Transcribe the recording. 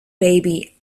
baby